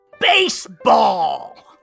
Baseball